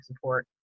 support